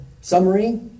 summary